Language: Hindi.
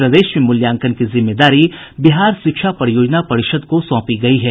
प्रदेश में मूल्यांकन की जिम्मेदारी बिहार शिक्षा परियोजना परिषद को सौंपी गयी है